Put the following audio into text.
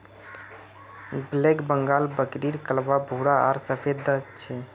black Bengal बकरीर कलवा भूरा आर सफेद ह छे